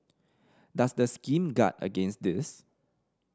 does the scheme guard against this